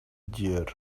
deer